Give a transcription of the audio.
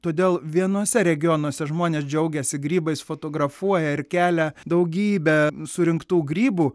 todėl vienuose regionuose žmonės džiaugiasi grybais fotografuoja ir kelia daugybę surinktų grybų